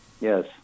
Yes